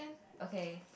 okay